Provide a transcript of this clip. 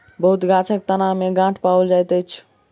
बहुत गाछक तना में गांठ पाओल जाइत अछि